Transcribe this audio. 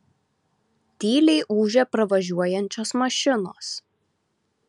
tyliai ūžia pravažiuojančios mašinos